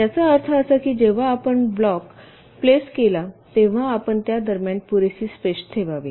याचा अर्थ असा की जेव्हा आपण ब्लॉक प्लेस केला तेव्हा आपण त्या दरम्यान पुरेशी स्पेस ठेवावी